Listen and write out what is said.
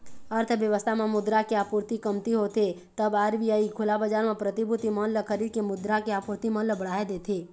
अर्थबेवस्था म मुद्रा के आपूरति कमती होथे तब आर.बी.आई खुला बजार म प्रतिभूति मन ल खरीद के मुद्रा के आपूरति मन ल बढ़ाय देथे